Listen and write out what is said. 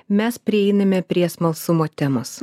mes prieiname prie smalsumo temos